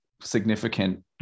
significant